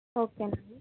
okay అండి